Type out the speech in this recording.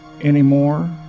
anymore